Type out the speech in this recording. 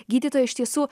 gydytoja iš tiesų